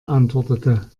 antwortete